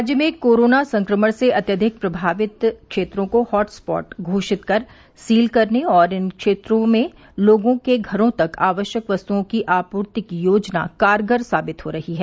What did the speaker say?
राज्य में कोरोना संक्रमण से अत्यधिक प्रभावित क्षेत्रों को हॉटस्पॉट घोषित कर सील करने और इन क्षेत्रों में लोगों के घरों तक आवश्यक वस्तुओं की आपूर्ति की योजना कारगर साबित हो रही है